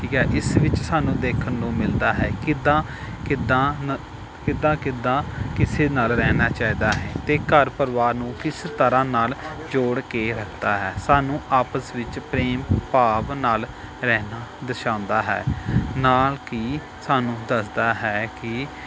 ਠੀਕ ਹੈ ਇਸ ਵਿੱਚ ਸਾਨੂੰ ਦੇਖਣ ਨੂੰ ਮਿਲਦਾ ਹੈ ਕਿੱਦਾਂ ਕਿੱਦਾਂ ਕਿੱਦਾਂ ਕਿੱਦਾਂ ਕਿਸੇ ਨਾਲ ਰਹਿਣਾ ਚਾਹੀਦਾ ਹੈ ਅਤੇ ਘਰ ਪਰਿਵਾਰ ਨੂੰ ਕਿਸ ਤਰ੍ਹਾਂ ਨਾਲ ਜੋੜ ਕੇ ਰੱਖਦਾ ਹੈ ਸਾਨੂੰ ਆਪਸ ਵਿੱਚ ਪ੍ਰੇਮ ਭਾਵ ਨਾਲ ਰਹਿਣਾ ਦਰਸਾਉਂਦਾ ਹੈ ਨਾਲ ਕਿ ਸਾਨੂੰ ਦੱਸਦਾ ਹੈ ਕਿ